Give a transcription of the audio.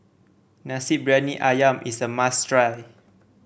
Nasi Briyani ayam is a must try